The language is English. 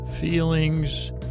feelings